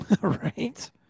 right